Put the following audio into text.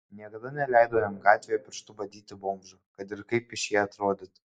niekada neleidau jam gatvėje pirštu badyti bomžų kad ir kaip šie atrodytų